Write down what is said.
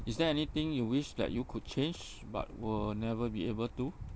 is there anything you wish that you could change but will never be able to